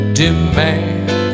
demand